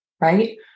Right